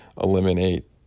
eliminate